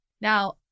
Now